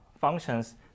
functions